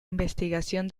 investigación